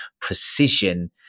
precision